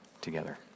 together